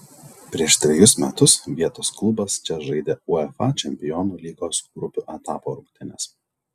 prieš trejus metus vietos klubas čia žaidė uefa čempionų lygos grupių etapo rungtynes